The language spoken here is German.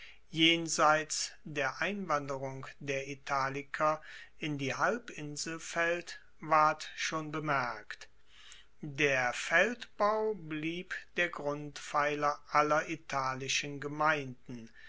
jenseits der einwanderung der italiker in die halbinsel faellt ward schon bemerkt der feldbau blieb der grundpfeiler aller italischen gemeinden